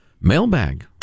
Mailbag